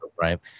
right